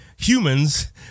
humans